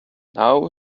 now